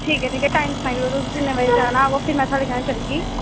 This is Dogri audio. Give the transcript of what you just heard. ठीक ऐ ठीक ऐ टाईम सनाई ओड़ेओ तुस जिन्ने बजे जाना होग फ्ही में चलगी